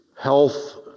health